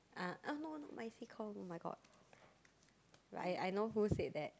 ah uh no no not me C-Comm [oh]-my-god but I I know who said that